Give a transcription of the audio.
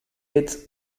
aids